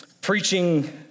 Preaching